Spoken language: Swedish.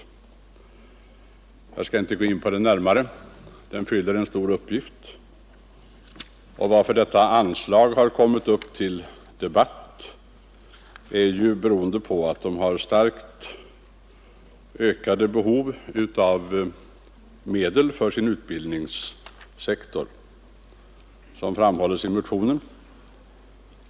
Jag skall dock inte gå in på detta närmare; stiftelsen fyller en stor uppgift, och att detta anslag har kommit upp till debatt beror på att stiftelsen har starkt ökade behov av medel för sin utbildningssektor, såsom framhålls i motionen.